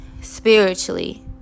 spiritually